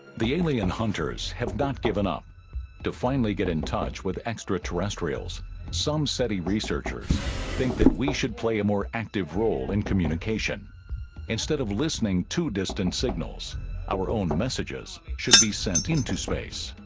the alien hunters have not given up to finally get in touch with extraterrestrials some seti researchers think that we should play a more active role in communication instead of listening to distant signals our own messages should be sent into space